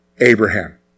Abraham